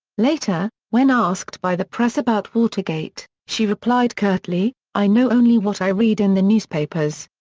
later, when asked by the press about watergate, she replied curtly, i know only what i read in the newspapers.